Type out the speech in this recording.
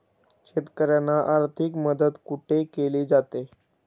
शेतकऱ्यांना आर्थिक मदत कुठे केली जाते?